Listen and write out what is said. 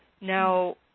Now